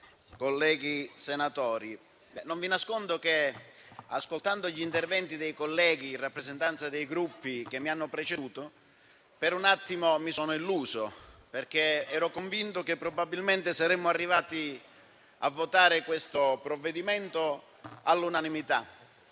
onorevoli senatori, non vi nascondo che, ascoltando gli interventi dei colleghi in rappresentanza dei Gruppi che mi hanno preceduto, per un attimo mi sono illuso, perché ero convinto che probabilmente saremmo arrivati a votare questo provvedimento all'unanimità.